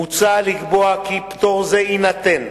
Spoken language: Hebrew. מוצע לקבוע כי פטור זה יינתן,